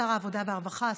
שר העבודה והרווחה,